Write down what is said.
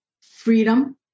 freedom